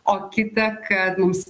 o kitą kad mums